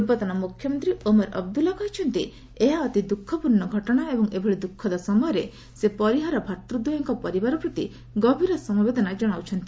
ପୂର୍ବଭନ ମୁଖ୍ୟମନ୍ତ୍ରୀ ଓମର ଅବଦୁଲ୍ଲା କହିଛନ୍ତି ଏହା ଅତି ଦୁଃଖପୂର୍ଣ୍ଣ ଘଟଣା ଏବଂ ଏଭଳି ଦୁଃଖଦ ସମୟରେ ସେ ପରିହାର ଭାତୂଦ୍ୱୟଙ୍କ ପରିବାର ପ୍ରତି ଗଭୀର ସମବେଦନା କ୍ଷଣାଉଛନ୍ତି